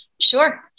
Sure